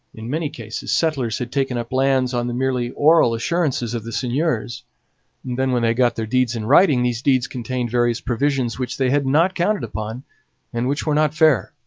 in many cases settlers had taken up lands on the merely oral assurances of the seigneurs then when they got their deeds in writing these deeds contained various provisions which they had not counted upon and which were not fair.